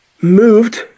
moved